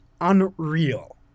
unreal